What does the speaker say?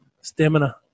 Stamina